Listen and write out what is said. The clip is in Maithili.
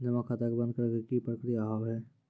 जमा खाता के बंद करे के की प्रक्रिया हाव हाय?